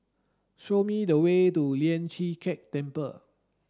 show me the way to Lian Chee Kek Temple